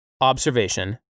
observation